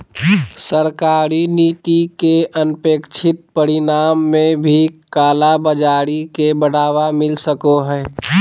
सरकारी नीति के अनपेक्षित परिणाम में भी कालाबाज़ारी के बढ़ावा मिल सको हइ